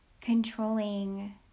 controlling